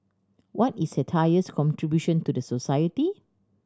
what is satire's contribution to the society